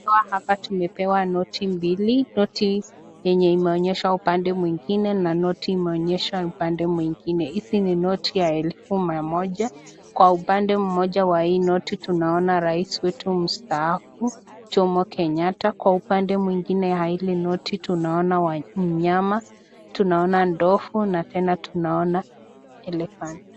Hapa tumepewa noti mbili yenye imeonyeshwa upande mwingine na noti na noti imeonyesha upande mwingine, Hizi ni noti ya elfu Moja, kwa upande Moja wa hii noti tunaona Rais wetu mstaafu Jomo Kenyatta, kwa upande mwingine ya hili note tunaona wanyama, tunaona ndovu na tena tunaona elephant .